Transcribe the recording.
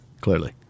clearly